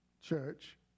church